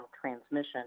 transmission